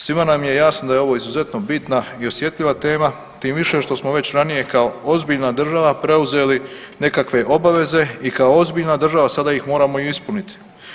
Svima nam je jasno da je ovo izuzetno bitna i osjetljiva tema tim više što smo već ranije kao ozbiljna država preuzeli nekakve obaveze i kao ozbiljna država sada ih moramo i ispuniti.